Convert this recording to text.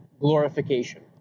glorification